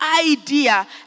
idea